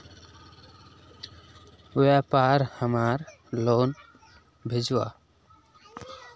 व्यापार हमार लोन भेजुआ?